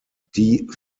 die